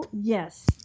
Yes